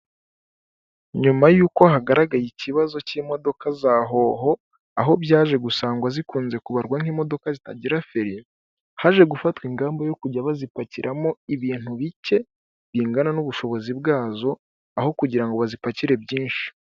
Nyuma y'uko hagaragaye ikibazo cy'imodoka za hoho aho byaje gusangagwa zikunze kubarwa nk'imodoka zitagira feri, haje gufatwa ingamba zo kujya bazipakiramo ibintu bike bingana n'ubushobozi bwazo aho kugira ngo bazipakire byinshi.